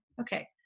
Okay